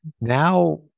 Now